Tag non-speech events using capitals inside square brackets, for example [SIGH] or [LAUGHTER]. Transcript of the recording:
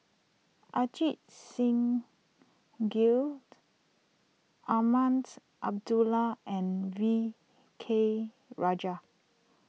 Ajit Singh Gill [NOISE] Azman Abdullah and V K Rajah